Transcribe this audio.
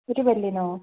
ഒരു പല്ലിനോ